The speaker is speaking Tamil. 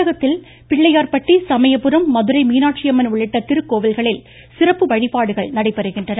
தமிழகத்தில் பிள்ளையார்பட்டி சமயபுரம் மதுரை மீனாட்சியம்மன் உள்ளிட்ட திருக்கோவில்களில் சிறப்பு வழிபாடுகள் நடைபெறுகின்றன